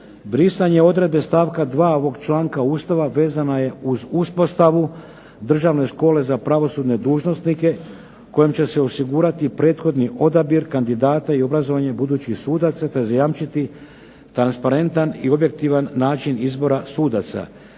Brisanje odredbe stavka 2. ovog članka Ustava vezana je uz uspostavu Državne škole za pravosudne dužnosnike kojim će se osigurati prethodni odabir kandidata i obrazovanje budućih sudaca, te zajamčiti transparentan i objektivan način izbora sudaca.